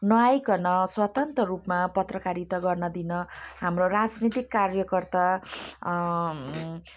नआइकन स्वतन्त्र रूपमा पत्रकारिता गर्न दिन हाम्रो राजनीतिक कार्यकर्ता